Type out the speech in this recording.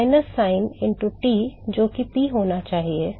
minus sign into T जो कि P होना चाहिए